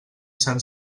sant